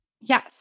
Yes